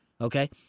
Okay